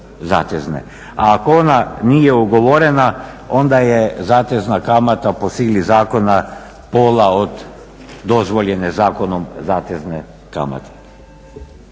A ako ona nije ugovorena onda je zatezna kamata po sili zakona pola od dozvoljene zakonom zatezne kamate.